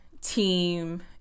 team